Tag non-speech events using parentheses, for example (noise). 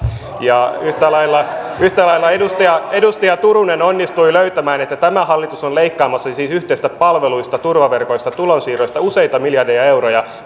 yhtä lailla yhtä lailla edustaja edustaja turunen onnistui löytämään että tämä hallitus on leikkaamassa siis yhteisistä palveluista turvaverkoista tulonsiirroista useita miljardeja euroja (unintelligible)